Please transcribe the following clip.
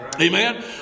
Amen